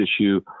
issue